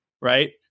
right